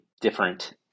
different